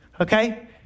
Okay